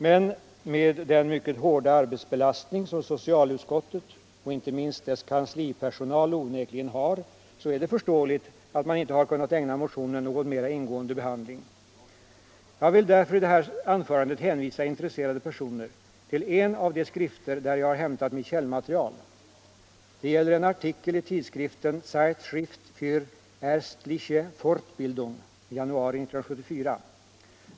Men med den mycket hårda arbetsbelastning som socialutskottet — inte minst dess kanslipersonal — onekligen har är det förståeligt att man inte har kunnat ägna motionen någon mer ingående behandling. Jag vill därför i det här anförandet hänvisa intresserade personer till en av de skrifter där jag har hämtat mitt källmaterial. Det gäller en artikel i tidskriften Zeitschrift för Ärztliche Fortbildung, för januari 1974.